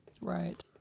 Right